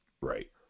Right